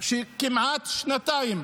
שכמעט שנתיים,